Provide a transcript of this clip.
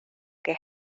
que